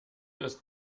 ist